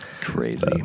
Crazy